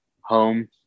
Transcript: home